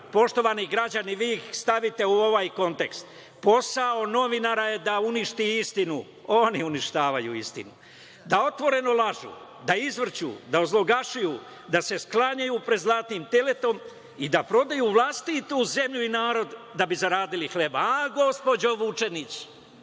poštovani građani vi ih stavite u ovaj kontekst: „Posao novinara je da uništi istinu“, oni uništavaju istinu, „da otvoreno lažu, da izvrću, da ozloglašuju, da se sklanjaju pred zlatnim teletom i da prodaju vlastitu zemlju i narod da bi zaradili hleb“.Aha, gospođo Vučenić,